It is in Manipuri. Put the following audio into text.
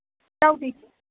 ꯏꯇꯥꯎꯗꯤ